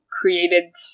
Created